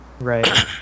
right